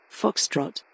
Foxtrot